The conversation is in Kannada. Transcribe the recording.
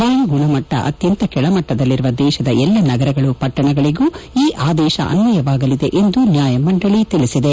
ವಾಯುಗುಣಮಟ್ಟ ಅತ್ಯಂತ ಕೆಳಮಟ್ಟದಲ್ಲಿರುವ ದೇಶದ ಎಲ್ಲ ನಗರಗಳು ಪಟ್ಟಣಗಳಿಗೂ ಈ ಆದೇಶ ಅನ್ವಯವಾಗಲಿದೆ ಎಂದು ನ್ಯಾಯಮಂಡಳಿ ತಿಳಿಸಿದೆ